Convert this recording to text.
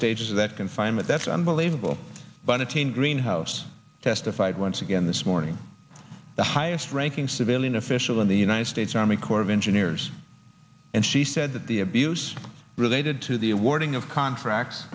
stages of that confinement that's unbelievable but a teen greenhouse testified once again this morning the highest ranking civilian official in the united states army corps of engineers and she said that the abuse related to the awarding of contracts